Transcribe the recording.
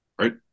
right